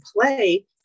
play